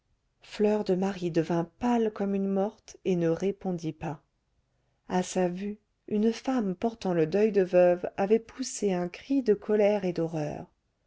fleur de marie devint pâle comme une morte et ne répondit pas à sa vue une femme portant le deuil de veuve avait poussé un cri de colère et d'horreur